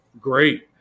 great